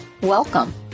Welcome